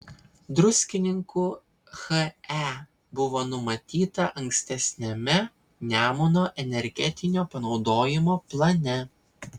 druskininkų he buvo numatyta ankstesniame nemuno energetinio panaudojimo plane